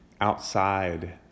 outside